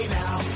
now